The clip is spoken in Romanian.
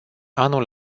anul